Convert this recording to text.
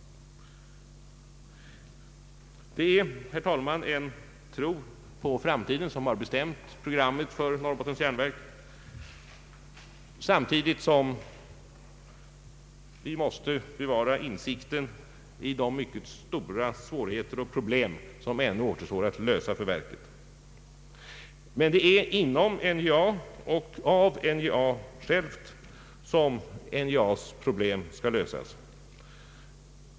Det är, herr talman, en tro på framtiden som har bestämt programmet för Norrbottens Järnverk, samtidigt som vi måste bevara insikten om de mycket stora svårigheter och problem som ännu återstår att lösa för verket. Men det är inom och av NJA självt som NJA:s problem skall lösas.